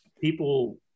people